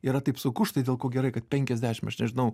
yra taip sunku štai dėl ko gerai kad penkiasdešim aš nežinau